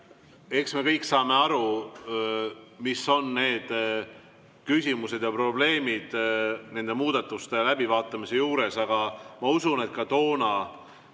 Eks me kõik saame aru, mis on need küsimused ja probleemid nende muudatuste läbivaatamise juures. Aga ma usun, et ka toona